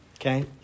okay